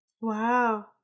Wow